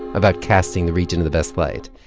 about casting the region in the best light.